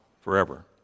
forever